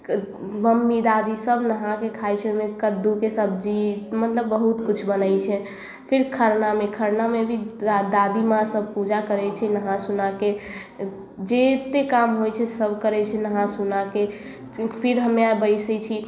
mummy दादी सब नहाके खाइ छै ओहिमे कद्दूके सब्जी मतलब बहुत किछु बनै छै फिर खरनामे खरनामे भी दादी माँ सब पूजा करै छै नहा सुनाके जतेक काम होइ छै सब करै छै नहा सुनाके फिर हम्मे आर बैसै छी